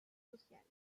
sociales